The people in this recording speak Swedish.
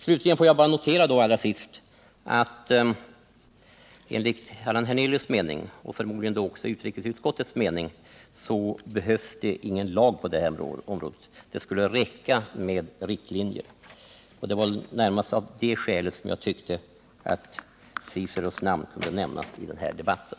Slutligen får jag notera att enligt Allan Hernelius mening och förmodligen även enligt utrikesutskottets mening behövs ingen lag på det här området — det skulle räcka med riktlinjer. Det var närmast av det skälet som jag tyckte att Ciceros namn borde nämnas i den här debatten.